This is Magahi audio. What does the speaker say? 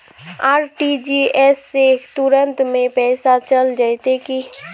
आर.टी.जी.एस से तुरंत में पैसा चल जयते की?